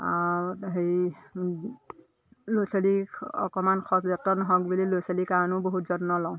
হেৰি ল'ৰা ছোৱালী অকণমান সজ যতন হওক বুলি ল'ৰা ছোৱালীৰ কাৰণেও বহুত যত্ন লওঁ